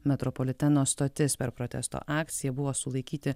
metropoliteno stotis per protesto akciją buvo sulaikyti